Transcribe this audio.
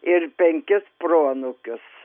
ir penkis proanūkius